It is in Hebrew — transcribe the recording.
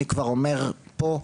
אני כבר אומר פה,